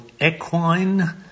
Equine